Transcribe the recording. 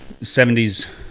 70s